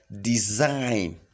design